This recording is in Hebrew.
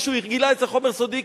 מישהו גילה אצלו חומר סודי,